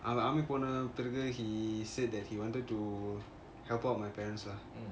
அவன்:avan army போன பிறகு:pona piragu he said that he wanted to help out my parents lah